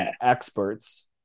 experts